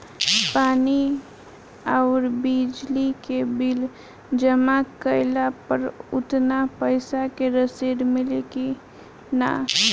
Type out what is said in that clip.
पानी आउरबिजली के बिल जमा कईला पर उतना पईसा के रसिद मिली की न?